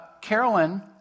Carolyn